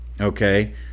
okay